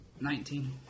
Nineteen